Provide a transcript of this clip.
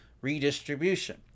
redistribution